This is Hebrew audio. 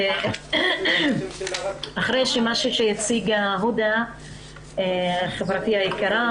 אחרי מה שהציגה הודא חברתי היקרה